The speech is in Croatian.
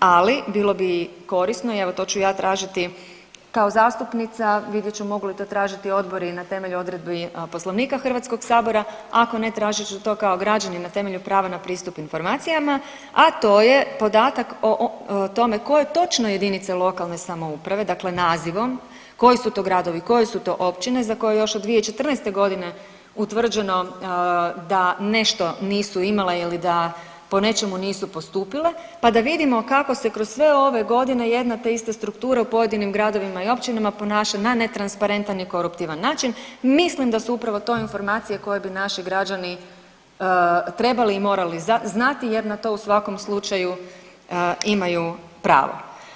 ali bilo bi korisno i evo, to ću ja tražiti kao zastupnica, vidjet ću mogu li to tražiti odbori na temelju odredbi Poslovnika HS, ako ne tražit ću to kao građanin na temelju prava na pristup informacijama, a to je podatak o tome koje točno JLS dakle nazivom koji su to gradovi, koje su to općine za koje je još od 2014.g. utvrđeno da nešto nisu imale ili da po nečemu nisu postupile pa da vidimo kako se kroz sve ove godine jedna te ista struktura u pojedinim gradovima i općinama ponaša na netransparentan i koruptivan način, mislim da su upravo to informacije koje bi naši građani trebali i morali znati jer na to u svakom slučaju imaju pravo.